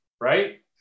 right